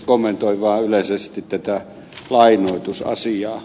kommentoin vain yleisesti tätä lainoitusasiaa